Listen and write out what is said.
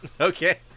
Okay